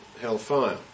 hellfire